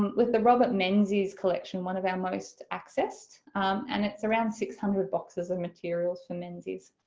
with the robert menzies collection, one of our most accessed and it's around six hundred boxes of materials for menzies.